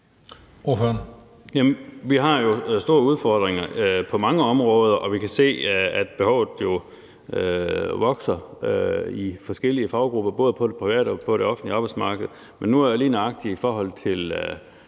Jamen vi har jo store udfordringer på mange områder, og vi kan se, at behovet vokser i forskellige faggrupper, både på det private og på det offentlige arbejdsmarked. Men lige nøjagtig i forhold til